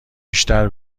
بیشتر